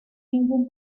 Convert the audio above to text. ningún